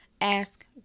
ask